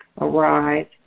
arrive